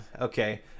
okay